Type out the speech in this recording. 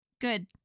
Good